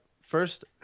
First